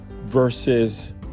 versus